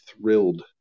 thrilled